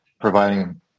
providing